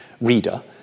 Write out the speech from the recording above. reader